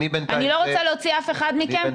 אני בינתיים זה --- אני לא רוצה להוציא אף אחד מכם,